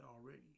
already